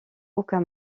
aucun